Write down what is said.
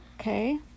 Okay